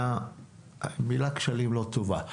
המילה "כשלים" לא טובה,